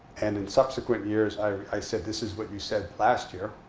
and in subsequent years, i said, this is what you said last year.